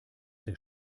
der